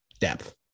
depth